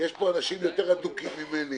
יש פה אנשים יותר אדוקים ממני